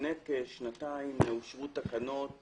לפני כשנתיים אושרו תקנות